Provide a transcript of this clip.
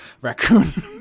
raccoon